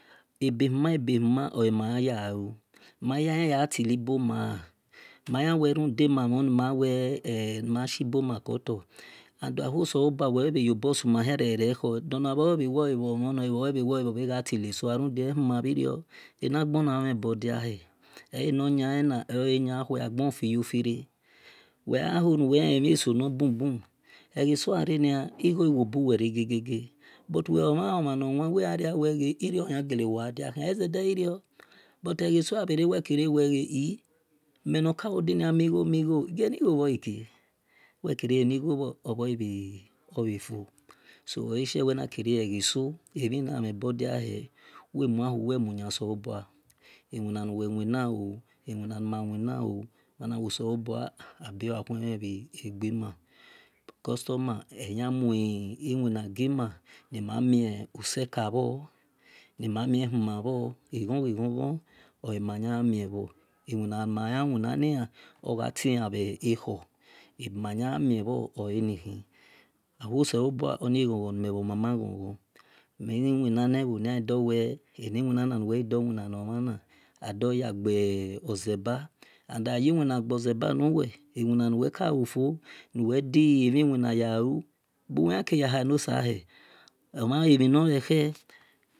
Ebe huma ebe huma oi mayan ya gha lu mayaye gja tili boma ma ya wel ma mhon ni ma wel el nima shi boma koto and ahuo selo bua wel wel yobo sumhia rere ekho nor na ghe wel nor mhon nor nabho el bel gja tile soa rude ehumabvhi rio rude enaghona omhen bor diahw eleno yan elenu eyole yan akue agbo ofiyofire wel gja hol nuwel lemhe so nor bubu egheso gha renia eghe so gja but we bho mho omheun nor wan wilwel e irio oya wa ghadiakhia esede irio and agha yi wina gboseba nuwel iwina nuwe kalu fo nu wel di emhi wina yi buwel ya kie ya ha nosa hel omhan gha le mhi nor ekhe